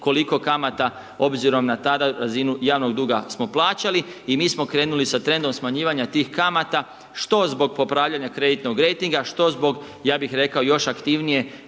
koliko kamata obzirom na tada razinu javnog duga smo plaćali i mi smo krenuli sa trendom smanjivanja tih kamata, što zbog popravljanja kreditnog rejtinga, što zbog ja bih rekao još aktivnijeg